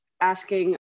asking